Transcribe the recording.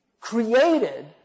created